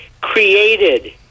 created